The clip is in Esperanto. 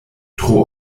tro